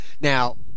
Now